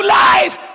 life